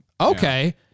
Okay